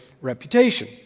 reputation